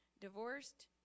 Divorced